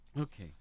Okay